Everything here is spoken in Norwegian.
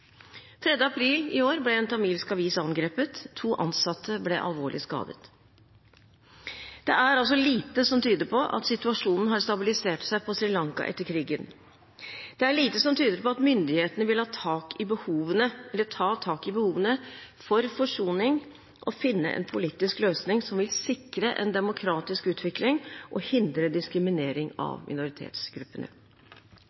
april i år ble en tamilsk avis angrepet. To ansatte ble alvorlig skadet. Det er altså lite som tyder på at situasjonen på Sri Lanka har stabilisert seg etter krigen. Det er lite som tyder på at myndighetene vil ta tak i behovene for forsoning og finne en politisk løsning som vil sikre en demokratisk utvikling og hindre diskriminering